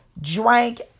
drank